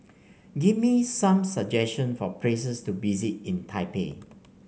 give me some suggestion for places to visit in Taipei